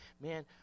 man